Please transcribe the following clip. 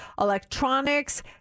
electronics